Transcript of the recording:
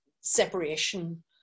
separation